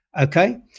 okay